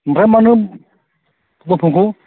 ओमफ्राय मानो फथगाव